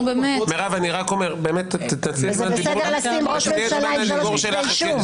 זה בסדר שיש ראש ממשלה עם שלושה כתבי אישום.